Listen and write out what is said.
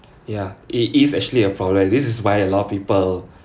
ya it is actually a problem this is why a lot of people